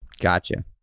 Gotcha